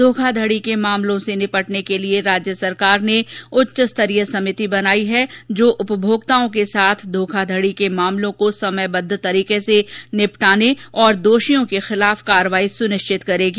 धोखाधडी के मामलों से निपटने के लिए राज्य सरकार ने एक उच्च स्तरीय बनायी है जो उपभोक्तओं के साथ धोखाधडी के मामलों को समयबद्ध तरीके से निपटाने और दोषियों के खिलाफ कार्यवाही सुनिश्चित करेगी